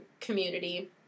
community